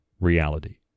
reality